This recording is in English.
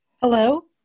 Hello